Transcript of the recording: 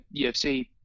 UFC